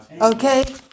Okay